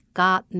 got